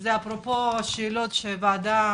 אלה שאלות שוועדה